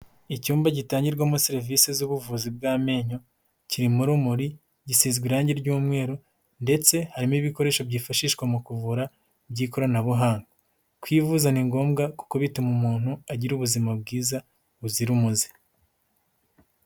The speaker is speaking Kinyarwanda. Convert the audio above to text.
Icyumba gitangirwamo serivisi z'ubuvuzi bw'amenyo, kirimo urumuri, gisizwe irangi ry'umweru ndetse harimo ibikoresho byifashishwa mu kuvura by'ikoranabuhanga, kwivuza ni ngombwa kuko bituma umuntu agira ubuzima bwiza buzira umuze.